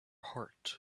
heart